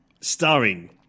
starring